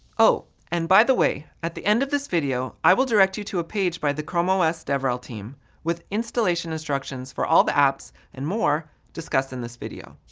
oh, and by the way, at the end of this video, i will direct you to a page by the chrome os devrel team with installation instructions for all the apps and more discussed in this video.